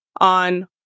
on